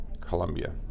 Colombia